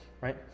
right